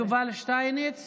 בואי, בואי, תרדי, אני אסביר לך.